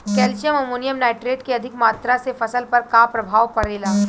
Calcium ammonium nitrate के अधिक मात्रा से फसल पर का प्रभाव परेला?